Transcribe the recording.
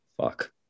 Fuck